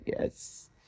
yes